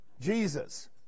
Jesus